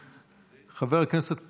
חבר הכנסת פינדרוס,